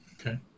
Okay